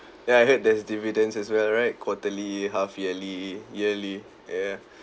ya I heard there's dividends as well right quarterly half yearly yearly yeah